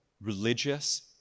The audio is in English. religious